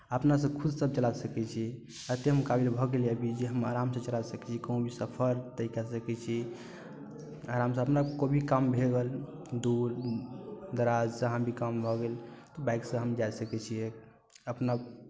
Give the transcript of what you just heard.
अपनासँ खुदसँ हम चला सकै छी एतेक हम काबिल भऽ गेलियै अभी जे हम आरामसँ चला सकै छी कहूँ भी सफर तय कऽ सकै छी आरामसँ अपना कोइ भी काम भऽ गेल दूर दराज जहाँ भी काम भऽ गेल तऽ बाइकसँ हम जा सकै छियै अपना